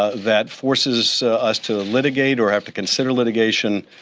ah that forces us to litigate or have to consider litigation,